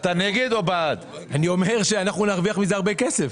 אנחנו נרוויח מזה הרבה כסף.